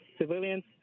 civilians